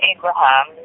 Abraham